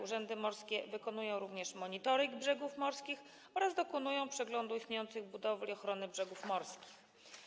Urzędy morskie wykonują również monitoring brzegów morskich oraz dokonują przeglądów istniejących budowli ochrony brzegów morskich.